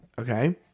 Okay